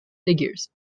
figures